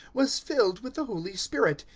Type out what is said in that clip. was filled with the holy spirit,